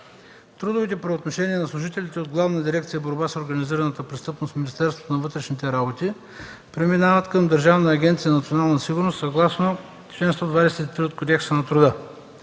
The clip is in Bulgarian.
Трудовите правоотношения на служителите от Главна дирекция „Борба с организираната престъпност” в Министерството на вътрешните работи преминават към Държавна агенция „Национална сигурност” съгласно чл. 123 от Кодекса на труда.